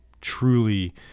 truly